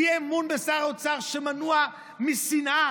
אי-אמון בשר אוצר שמונע משנאה,